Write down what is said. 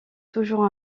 toujours